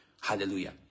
Hallelujah